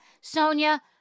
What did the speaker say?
Sonia